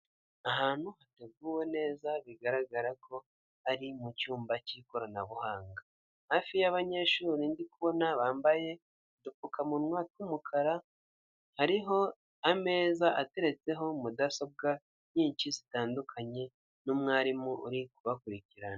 Ahantu hataguwe neza, bigaragara ko ari mu cyumba cy'ikoranabuhanga. Hafi y'abanyeshuri ndi kubona bambaye udupfukamunwa tw'umukara, hariho ameza ateretseho mudasobwa nyinshi zitandukanye, n'umwarimu uri kubakurikirana.